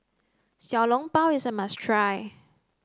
Xiao Long Bao is a must try